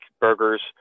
burgers